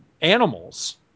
animals